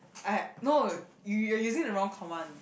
I no you you are using the wrong command